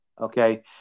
okay